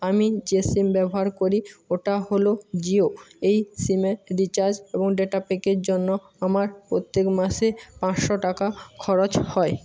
আমি যে সিম ব্যবহার করি ওটা হল জিও এই সিমে রিচার্জ এবং ডেটা প্যাকের জন্য আমার প্রত্যেক মাসে পাঁচশো টাকা খরচ হয়